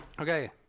Okay